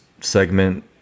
segment